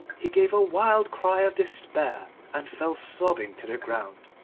he gave a wild cry of despair, and fell sobbing to the ground.